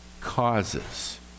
causes